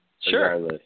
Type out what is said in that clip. Sure